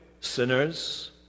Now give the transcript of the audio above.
sinners